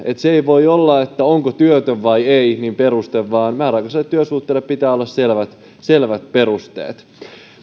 se ei voi olla peruste onko työtön vai ei vaan määräaikaiselle työsuhteelle pitää olla selvät selvät perusteet